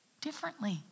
differently